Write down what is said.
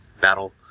battle